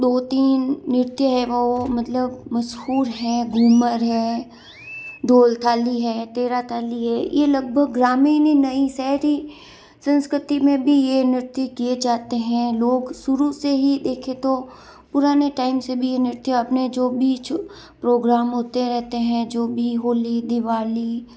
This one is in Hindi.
दो तीन नृत्य है वो मतलब मशहूर हैं घूमर है ढोल थाली है तेरा ताली है ये लगभग ग्रामीण ही नहीं शहरी संस्कृति में भी ये नृत्य किए जाते हैं लोग शुरू से ही देखें तो पुराने टाइम से भी ये नृत्य अपने जो बीच प्रोग्राम होते रहते हैं जो भी होली दिवाली